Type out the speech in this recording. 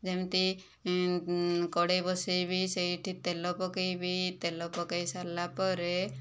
ଯେମିତି କଡ଼ାଇ ବସାଇବି ସେହିଠି ତେଲ ପକାଇବି ତେଲ ପକାଇ ସାରିଲା ପରେ